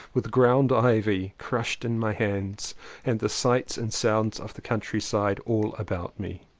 with ground ivy crushed in my hands and the sights and sounds of the countryside all about me.